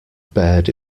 bared